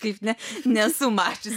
kaip ne nesu mačius